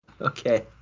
okay